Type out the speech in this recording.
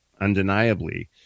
undeniably